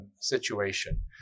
situation